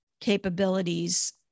capabilities